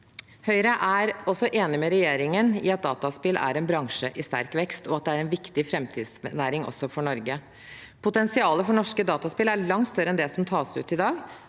Høyre er også enig med regjeringen i at dataspill er en bransje i sterk vekst, og at det er en viktig framtidsnæring, også for Norge. Potensialet for norske dataspill er langt større enn det som tas ut i dag.